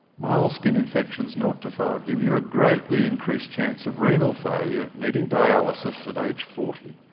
mild skin infections naught to five give you a greatly increased chance of renal failure, needing dialysis at age forty.